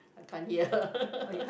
I can't hear